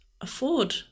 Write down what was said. afford